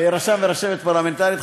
רשם ורשמת פרלמנטריים,